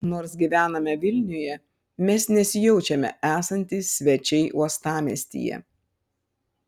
nors gyvename vilniuje mes nesijaučiame esantys svečiai uostamiestyje